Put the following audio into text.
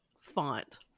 font